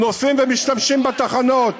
נוסעים ומשתמשים בתחנות.